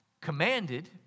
commanded